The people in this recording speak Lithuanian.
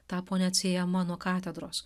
tapo neatsiejama nuo katedros